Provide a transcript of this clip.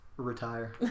retire